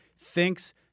thinks